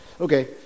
Okay